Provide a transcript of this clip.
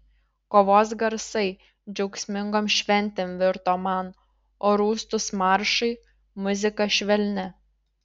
kovos garsai džiaugsmingom šventėm virto man o rūstūs maršai muzika švelnia